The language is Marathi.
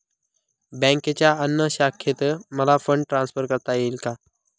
बँकेच्या अन्य शाखेत मला फंड ट्रान्सफर करता येईल का?